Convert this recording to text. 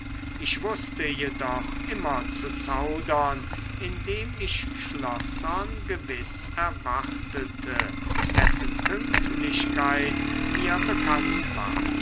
ich wußte jedoch immer zu zaudern indem ich schlossern gewiß erwartete dessen pünktlichkeit mir bekannt war